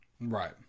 Right